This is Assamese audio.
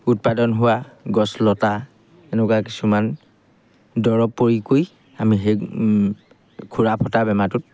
উৎপাদন হোৱা গছ লতা এনেকুৱা কিছুমান দৰব প্ৰয়োগ কৰি আমি সেই খুৰা ফটা বেমাৰটোত